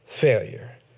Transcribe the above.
failure